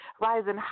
rising